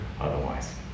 otherwise